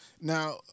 Now